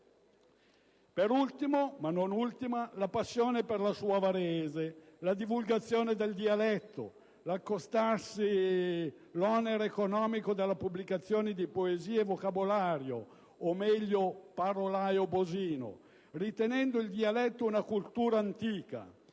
Per ultima, ma non ultima, la passione per la sua Varese, la divulgazione del dialetto, assumendosi l'onere economico della pubblicazione di poesie e vocabolario o meglio del «parolario bosino», ritenendo il dialetto una cultura antica.